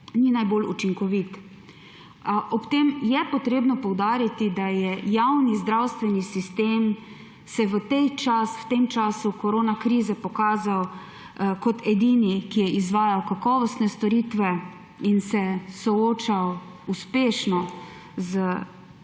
ni najbolj učinkovit. Ob tem je treba poudariti, da se je javni zdravstveni sistem v tem času korona krize pokazal kot edini, ki je izvajal kakovostne storitve in se soočal uspešno z zdravljenjem